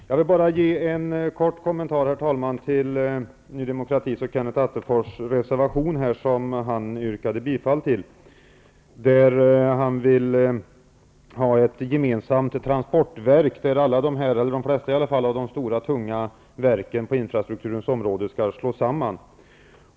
Herr talman! Jag vill bara göra en kort kommentar till Ny demokratis och Kenneth Attefors reservation, som han yrkade bifall till. Han vill ha ett gemensamt transportverk där de flesta av de tunga verken på infrastrukturens område skall slås samman.